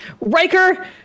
Riker